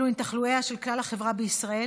אלו הם תחלואיה של כלל החברה בישראל,